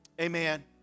Amen